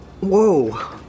Whoa